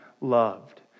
loved